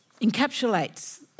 encapsulates